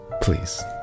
Please